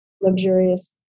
luxurious